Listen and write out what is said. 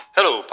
Hello